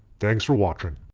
thanks for watching.